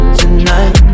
tonight